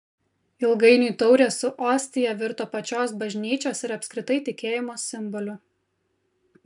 ilgainiui taurė su ostija virto pačios bažnyčios ir apskritai tikėjimo simboliu